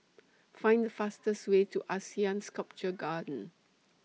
Find The fastest Way to Asean Sculpture Garden